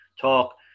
talk